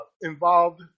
involved